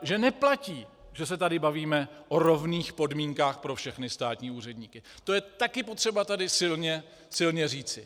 Že neplatí, že se tady bavíme o rovných podmínkách pro všechny státní úředníky, to je také potřeba tady silně říci.